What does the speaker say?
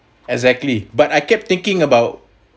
exactly but I kept thinking about